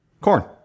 corn